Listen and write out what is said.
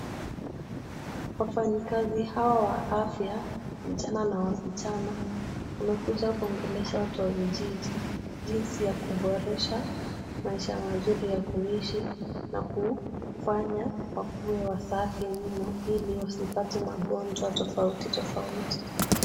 Wafanyikazi hawa wa afya, vijana na wasichana, wamekuja kuongelesha watu wa vijiji, jinsi ya kuboresha maisha mazuri ya kuishi na kufanya wakuwe wasafi mno, ili wasipate magonjwa tofauti tofauti.